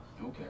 Okay